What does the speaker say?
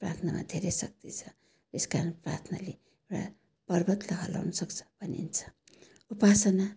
प्रार्थनामा धेरै शक्ति छ यस कारण प्राथनाले एउटा पर्वतलाई हल्लाउन सक्छ भनिन्छ उपासना